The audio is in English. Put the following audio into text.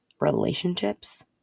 relationships